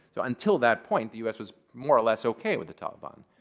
so until that point, the us was more or less ok with the taliban.